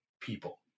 people